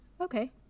Okay